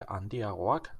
handiagoak